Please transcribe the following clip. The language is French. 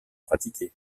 pratiquée